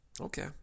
Okay